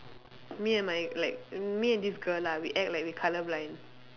me and my like me and this girl lah we act like we colour blind